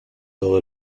todo